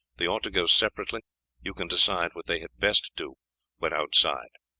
they ought to go separately you can decide what they had best do when outside.